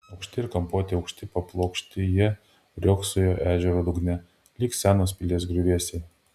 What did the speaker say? apskriti ir kampuoti aukšti ir paplokšti jie riogsojo ežero dugne lyg senos pilies griuvėsiai